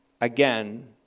again